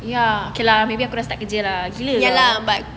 ya okay lah maybe aku dah start kerja lah